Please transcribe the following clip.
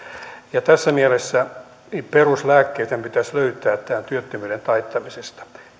tässä mielessä peruslääkkeitten pitäisi löytyä työttömyyden taittamisesta